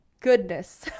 goodness